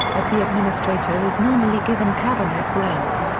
but the administrator is normally given cabinet rank.